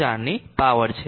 4 ની પાવર છે